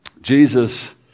Jesus